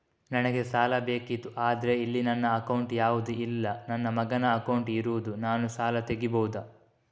ನನಗೆ ಸಾಲ ಬೇಕಿತ್ತು ಆದ್ರೆ ಇಲ್ಲಿ ನನ್ನ ಅಕೌಂಟ್ ಯಾವುದು ಇಲ್ಲ, ನನ್ನ ಮಗನ ಅಕೌಂಟ್ ಇರುದು, ನಾನು ಸಾಲ ತೆಗಿಬಹುದಾ?